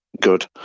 good